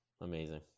Amazing